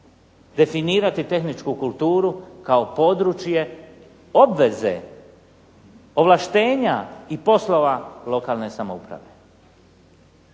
definirati tehničku kulturu kao područje obveze, ovlaštenja i poslova lokalne samouprave.